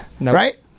right